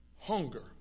Hunger